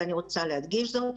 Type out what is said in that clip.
ואני רוצה להגדיש זאת,